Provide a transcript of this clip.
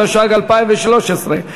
התשע"ג 2013,